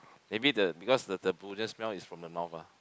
maybe the because the the smell is from the mouth ah